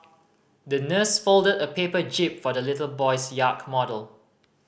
the nurse folded a paper jib for the little boy's yacht model